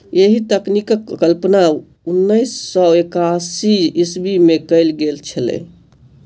एहि तकनीकक कल्पना उन्नैस सौ एकासी ईस्वीमे कयल गेल छलै